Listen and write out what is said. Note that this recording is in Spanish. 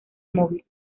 móvil